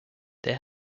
there